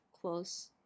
close